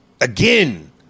Again